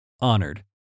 honored